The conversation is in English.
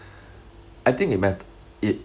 I think it meant it